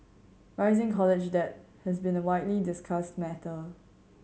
rising college debt has been a widely discussed matter